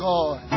God